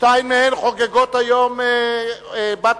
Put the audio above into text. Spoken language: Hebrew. שתיים מהן חוגגות היום בת-מצווה,